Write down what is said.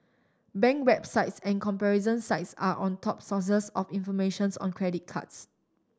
bank websites and comparison sites are on top sources of informations on credit cards